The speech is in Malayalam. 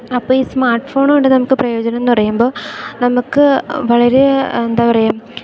അപ്പോൾ ഈ സ്മാർട്ട് ഫോണ് കൊണ്ട് നമുക്ക് പ്രയോജനം എന്നു പറയുമ്പോൾ നമുക്ക് വളരെ എന്താ പറയുക